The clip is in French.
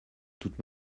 toute